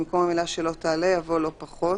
במקום המילה: "שלא תעלה", יבוא: "לא פחות".